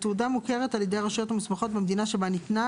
התעודה מוכרת על ידי במדינה שבה ניתנה,